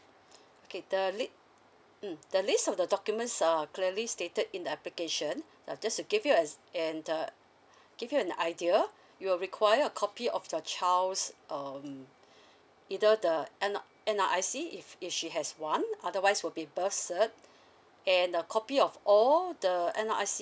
okay the late mm the list of the documents uh clearly stated in the application now just to give you ex~ and uh give you an idea you will require a copy of the child's um either the N_R N_R_I_C if if she has one otherwise will birth cert and a copy of all the N_R_I_C